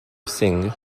singh